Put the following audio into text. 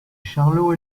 charlot